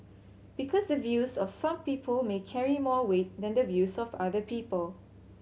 because the views of some people may carry more weight than the views of other people